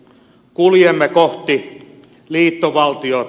kuljemme kohti liittovaltiota